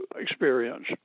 experience